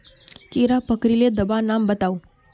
कीड़ा पकरिले दाबा नाम बाताउ?